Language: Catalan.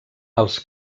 als